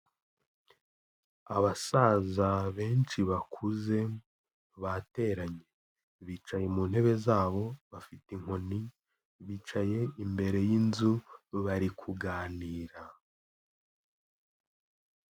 Abasaza benshi bakuze bateranye. Bicaye mu ntebe zabo bafite inkoni, bicaye imbere y'inzu bari kuganira.